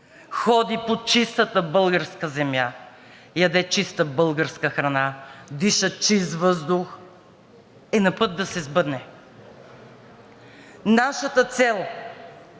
ходи по чистата българска земя, яде чиста българска храна, диша чист въздух, е напът да се сбъдне; нашата цел